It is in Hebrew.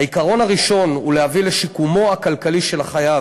העיקרון הראשון הוא להביא לשיקומו הכלכלי של החייב,